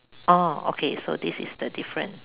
oh okay so this is the different